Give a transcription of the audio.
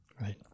Right